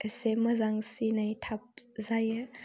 एसे मोजांसिनै थाब जायो